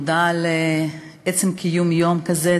תודה על עצם קיום יום כזה.